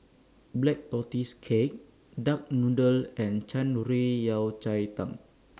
Black Tortoise Cake Duck Noodle and Shan Rui Yao Cai Tang